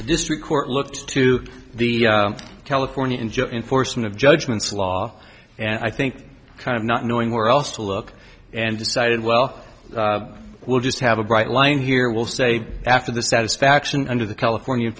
the district court looked to the california and judge enforcement of judgments law and i think kind of not knowing where else to look and decided well we'll just have a bright line here will say after the satisfaction under the california